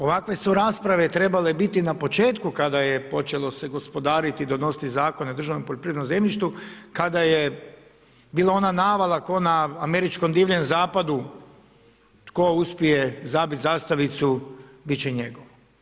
Ovakve su rasprave trebale biti na početku kada se počelo gospodariti, donositi zakone o Državnom poljoprivrednom zemljištu, kada je bila ona navala ko na američkom divljem zapadu tko uspije zabit zastavicu bit će njegov.